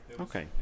Okay